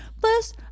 plus